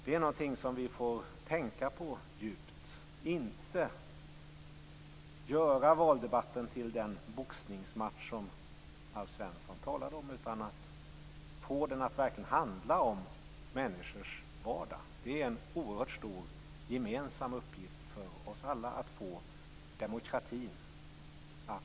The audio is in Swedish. Det är någonting som vi djupt får tänka på så att vi inte gör valdebatten till den boxningsmatch som Alf Svensson talade om. Vi måste få den att verkligen handla om människors vardag. Det är en oerhört stor gemensam uppgift för oss alla att få demokratin att fungera.